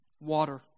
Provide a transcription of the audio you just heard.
water